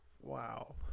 Wow